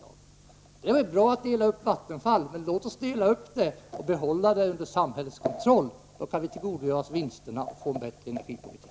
Det kunde vara bra att dela upp Vattenfall, men låt oss dela upp verket på det sättet att vi har det under samhällets kontroll, så att vi kan tillgodogöra oss vinsterna och få en bättre energipolitik.